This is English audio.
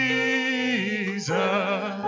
Jesus